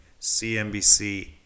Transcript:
CNBC